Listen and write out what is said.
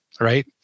right